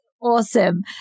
awesome